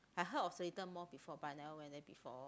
I heard of Seletar Mall before but I never went there before